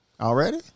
Already